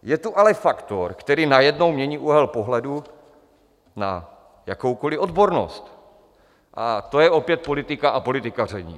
Je tu ale faktor, který najednou mění úhel pohledu na jakoukoli odbornost, a to je opět politika a politikaření.